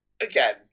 again